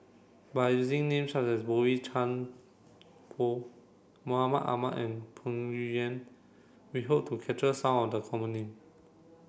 by using names such as Boey Chuan Poh Mahmud Ahmad and Peng Yuyun we hope to capture some of the common name